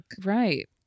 Right